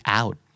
out